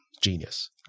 Genius